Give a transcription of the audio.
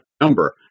number